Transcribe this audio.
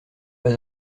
pas